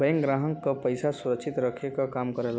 bank ग्राहक क पइसा सुरक्षित रखे क काम करला